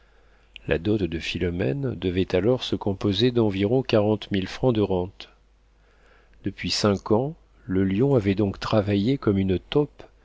la dot de philomène devait alors se composer d'environ quarante mille francs de rentes depuis cinq ans le lion avait donc travaillé comme une taupe